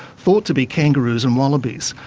thought to be kangaroos and wallabies,